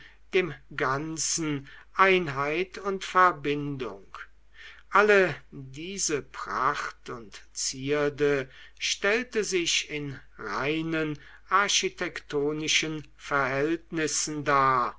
dem ganzen einheit und verbindung alle diese pracht und zierde stellte sich in reinen architektonischen verhältnissen dar